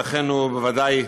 ולכן הוא בוודאי